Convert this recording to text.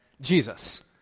Jesus